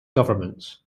governments